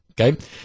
Okay